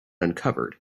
uncovered